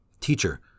Teacher